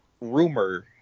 rumor